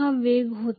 हा वेग होता